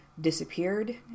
disappeared